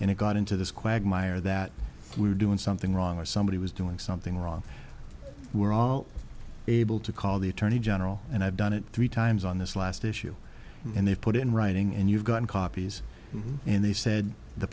and it got into this quagmire that we were doing something wrong or somebody was doing something wrong we're all able to call the attorney general and i've done it three times on this last issue and they put it in writing and you've got copies and they said the